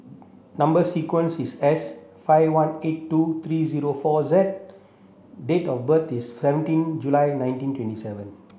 number sequence is S five one eight two three zero four Z date of birth is seventeen July nineteen twenty seven